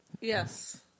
Yes